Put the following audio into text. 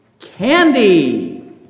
Candy